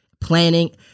planning